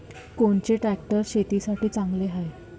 कोनचे ट्रॅक्टर शेतीसाठी चांगले हाये?